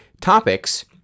topics